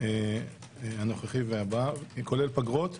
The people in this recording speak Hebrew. הנוכחי והבא, כולל פגרות.